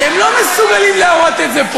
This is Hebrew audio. אם אני אספר כמה אני אוהב אותו,